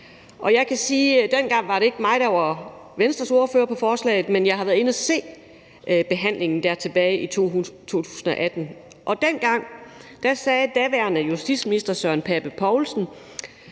sige, at det ikke var mig, der dengang var Venstres ordfører på forslaget, men jeg har været inde at se behandlingen fra 2018. Dengang sagde daværende justitsminister Søren Pape Poulsen,